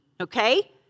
okay